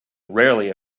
rarely